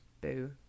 boo